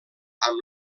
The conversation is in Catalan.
amb